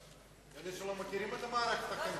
אלה שלא מכירים את מערכת החינוך.